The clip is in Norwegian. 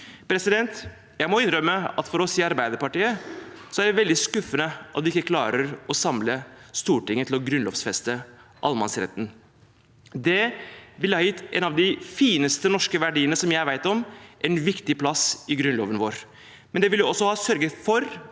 etablerer. Jeg må innrømme at for oss i Arbeiderpartiet er det veldig skuffende at vi ikke klarer å samle Stortinget til å grunnlovfeste allemannsretten. Det ville gitt en av de fineste norske verdiene som jeg vet om, en viktig plass i Grunnloven vår, men det ville også ha sørget for